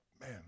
man